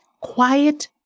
quiet